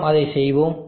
நாம் அதை செய்வோம்